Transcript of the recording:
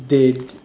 they